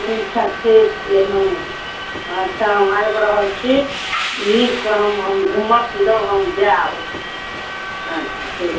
ठीक दरभङ्गा अच्छा हम आबि रहल छी नीकसँ हम घुमब फिरब हम जायब अच्छा ठीक छै